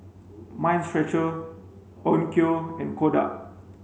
Mind Stretcher Onkyo and Kodak